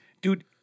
Dude